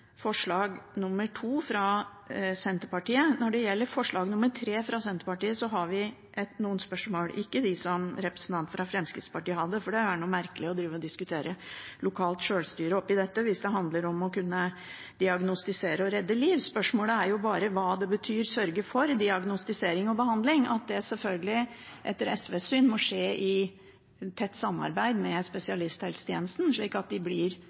forslag nr. 2, fra Senterpartiet. Når det gjelder forslag nr. 3, fra Senterpartiet, har vi noen spørsmål – ikke de som representanten fra Fremskrittspartiet hadde, for det er merkelig å diskutere lokalt sjølstyre oppi dette hvis det handler om å kunne diagnostisere og redde liv. Spørsmålet er bare hva det betyr å «sørge for diagnostisering og behandling». Det må etter SVs syn selvfølgelig skje i tett samarbeid med spesialisthelsetjenesten, slik at de eventuelt blir